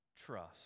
trust